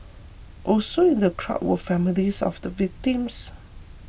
also in the crowd were families of the victims